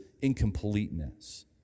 incompleteness